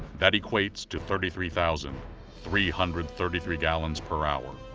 that equates to thirty-three thousand three hundred thirty-three gallons per hour.